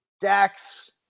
Dax